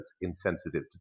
insensitive